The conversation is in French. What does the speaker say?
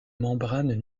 membranes